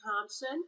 Thompson